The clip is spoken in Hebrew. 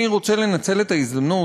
אני רוצה לנצל את ההזדמנות,